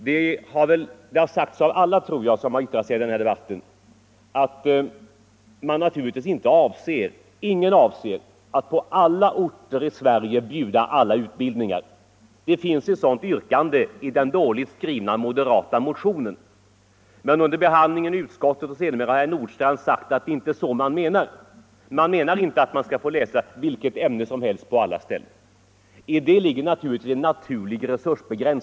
Jag tror det har sagts av alla som har yttrat sig i denna debatt att ingen avser att på alla orter i Sverige bjuda alla sorters utbildning. Det finns ett sådant yrkande i den dåligt skrivna moderata motionen, men under behandlingen i utskottet har herr Nordstrandh förklarat att det är inte så man menar. Motionärerna menar inte att man skall kunna läsa vilket ämne som helst på alla orter — och däri ligger ju en naturlig resursspärr.